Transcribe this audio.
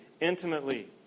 intimately